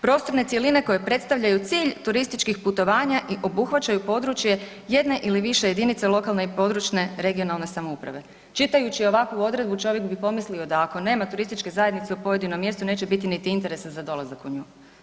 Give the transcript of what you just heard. Prostorne cjeline koje predstavljaju cilj turističkih putovanja i obuhvaćaju područje jedne ili više jedinice lokalne i područne (regionalne) samouprave.“ Čitajući ovakvu odredbu čovjek bi pomislio da ako nema turističke zajednice u pojedinom mjestu neće biti niti interesa za dolazak u nju.